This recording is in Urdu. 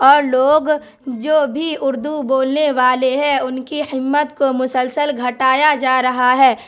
اور لوگ جو بھی اردو بولنے والے ہیں ان کی ہمت کو مسلسل گھٹایا جا رہا ہے